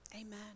Amen